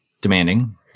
demanding